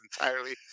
entirely